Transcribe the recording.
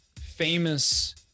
famous